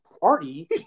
party